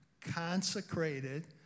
consecrated